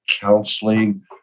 counseling